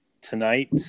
tonight